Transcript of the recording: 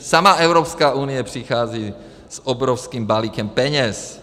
Sama Evropská unie přichází s obrovským balíkem peněz.